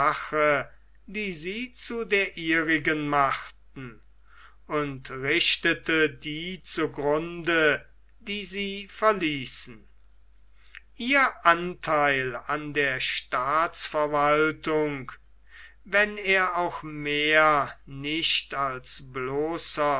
sie zu der ihrigen machten und richtete die zu grunde die sie verließen ihr antheil an der staatsverwaltung wenn er auch mehr nicht als bloßer